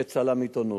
בצלם עיתונות.